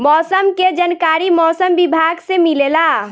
मौसम के जानकारी मौसम विभाग से मिलेला?